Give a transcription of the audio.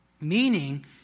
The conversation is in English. Meaning